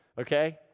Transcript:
okay